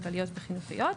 כלכליות וחינוכיות,